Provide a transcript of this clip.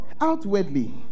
outwardly